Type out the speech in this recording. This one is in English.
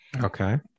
Okay